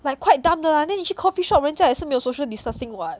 like quite dumb mah then 你去 coffee shop 人家也是没有 social distancing [what]